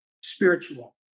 spiritual